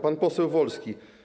Pan poseł Wolski.